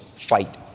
fight